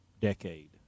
decade